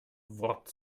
wort